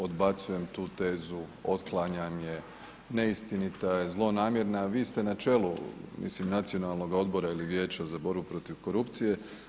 Odbacujem tu tezu, otklanjam je, neistinita je, zlonamjerna, vi ste na čelu, mislim, nacionalnog odbora ili vijeća za borbu protiv korupcije.